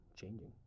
changing